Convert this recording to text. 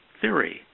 theory